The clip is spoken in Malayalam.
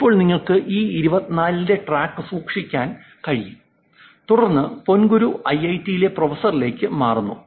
ഇപ്പോൾ നിങ്ങൾക്ക് ഈ 24 ന്റെ ട്രാക്ക് സൂക്ഷിക്കാൻ കഴിയും തുടർന്ന് പോങ്കുരു ഐഐഐടിയിലെ പ്രൊഫസറിലേക്ക് മാറുന്നു